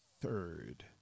third